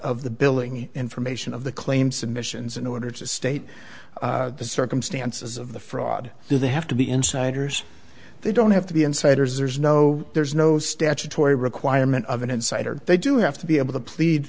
of the billing information of the claim submissions in order to state the circumstances of the fraud do they have to be insiders they don't have to be insiders there's no there's no statutory requirement of an insider they do have to be able to plead